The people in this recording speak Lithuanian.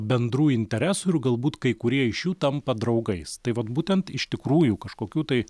bendrų interesų ir galbūt kai kurie iš jų tampa draugais tai vat būtent iš tikrųjų kažkokių tai